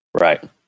Right